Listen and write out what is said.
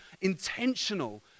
intentional